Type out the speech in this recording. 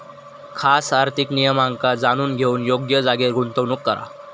खास आर्थिक नियमांका जाणून घेऊन योग्य जागेर गुंतवणूक करा